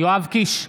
יואב קיש,